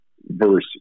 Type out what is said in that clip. verse